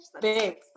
big